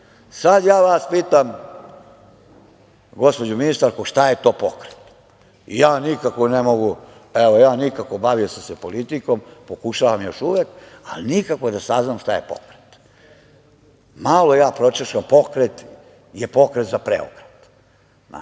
ja vas pitam, gospođo ministarko, šta je to pokret? Ja nikako ne mogu, bavio sam se politikom, pokušavam još uvek, ali nikako da saznam šta je pokret? Malo ja pročešljam, pokret je Pokret za preokret. Onaj